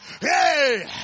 Hey